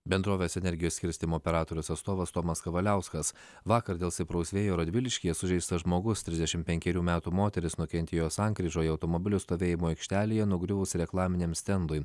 bendrovės energijos skirstymo operatorius atstovas tomas kavaliauskas vakar dėl stipraus vėjo radviliškyje sužeistas žmogus trisdešim penkerių metų moteris nukentėjo sankryžoje automobilių stovėjimo aikštelėje nugriuvus reklaminiam stendui